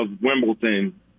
Wimbledon